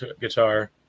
guitar